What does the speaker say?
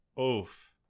oof